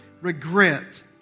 regret